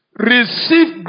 Receive